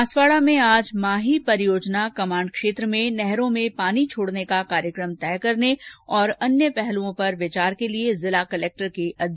बांसवाड़ा में आज माही परियोजना कमाण्ड क्षेत्र में नहरों में पानी छोड़ने का कार्यक्रम तय करने तथा अन्य पहलुओं पर विचार के लिए जिला कलेक्टर की अध्यक्षता में बैठक हुई